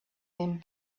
him